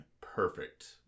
perfect